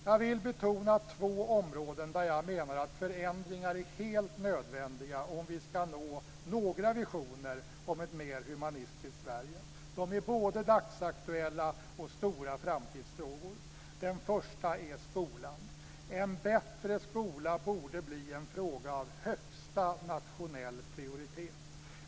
Jag vill betona två områden där jag menar att förändringar är helt nödvändiga om vi ska nå några visioner om ett mer humanistiskt Sverige. De är både dagsaktuella och stora framtidsfrågor. Det första området är skolan. En bättre skola borde bli en fråga av högsta nationell prioritet.